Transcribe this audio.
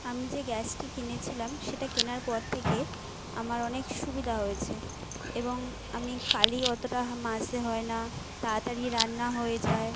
আমি যে গ্যাসটি কিনেছিলাম সেটা কেনার পর থেকে আমার অনেক সুবিধা হয়েছে এবং আমি কালি অতটা মাজতে হয় না তাড়াতাড়ি রান্না হয়ে যায়